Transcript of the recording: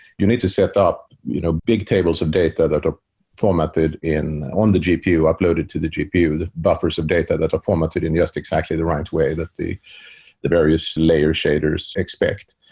you need to set up you know big tables of data that are formatted in on the gpu, uploaded to the gpu, the buffers of data that are formatted in just exactly the right way that the the various layers shaders expect.